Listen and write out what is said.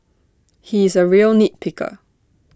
he is A real nit picker